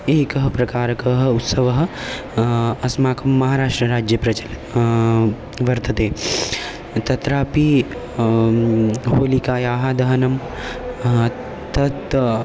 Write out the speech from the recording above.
एकः प्रकारकः उत्सवः अस्माकं महाराष्ट्रराज्ये प्रचलत् वर्तते तत्रापि होलिकायाः दहनं तत्